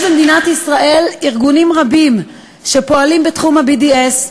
יש למדינת ישראל ארגונים רבים שפועלים בתחום ה-BDS,